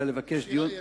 אלא לבקש דיון,